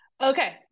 okay